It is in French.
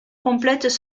complètent